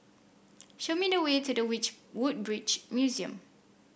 show me the way to the Woodbridge Museum